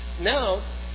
Now